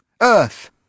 Earth